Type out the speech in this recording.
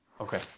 Okay